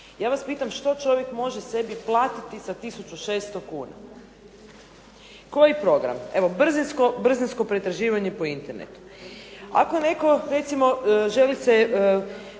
Ja vas pitam što čovjek može sebi platiti sa tisuću 600 kuna? Koji program? Evo brzinsko pretraživanje po Internetu. Ako netko recimo želi se,